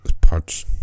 parts